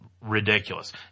ridiculous